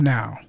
now